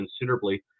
considerably